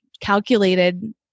calculated